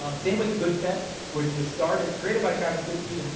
um same with the goodfet, which was started, created by travis goodspeed, and